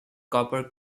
copper